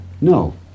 No